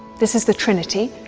this is the trinity,